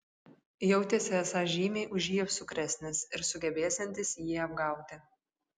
jautėsi esąs žymiai už jį apsukresnis ir sugebėsiantis jį apgauti